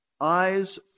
Eyes